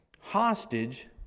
hostage